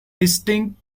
distinct